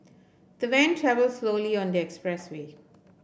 the van travelled slowly on the expressway